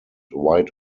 white